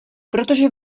protože